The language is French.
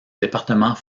département